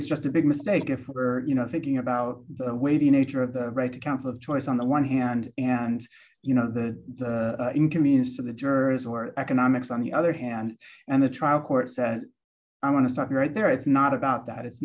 it's just a big mistake if ever you know thinking about the way the nature of the right to counsel of choice on the one hand and you know the inconvenience of the jurors or economics on the other hand and the trial court i want to stop right there it's not about that it's